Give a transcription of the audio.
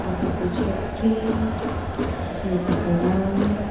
आकृति छेत्री स्मृति प्रधान